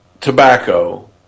tobacco